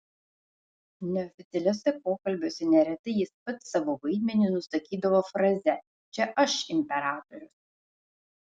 neoficialiuose pokalbiuose neretai jis pats savo vaidmenį nusakydavo fraze čia aš imperatorius